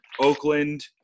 Oakland